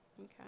okay